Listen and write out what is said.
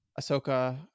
ahsoka